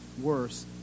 worse